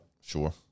sure